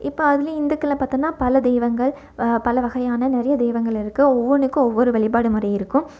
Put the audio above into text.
இப்போ அதுலேயும் இந்துக்களில் பார்த்தோன்னா பல தெய்வங்கள் பல வகையான நிறைய தெய்வங்கள் இருக்குது ஒவ்வொன்றுக்கும் ஒவ்வொரு வழிபாடு முறை இருக்கும்